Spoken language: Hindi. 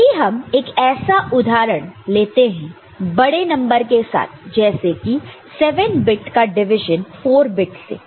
यदि हम एक ऐसा उदाहरण लेते हैं बड़े नंबर के साथ जैसे कि 7 बिट का डिवीजन 4 बिट से